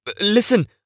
Listen